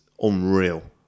unreal